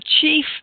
chief